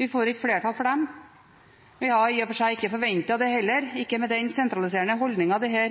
Vi får ikke flertall for dem. Vi hadde i og for seg ikke forventet det, heller – ikke med den sentraliserende holdningen disse